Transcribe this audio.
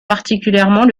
particulièrement